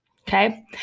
Okay